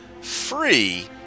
free